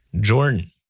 Jordan